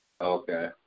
Okay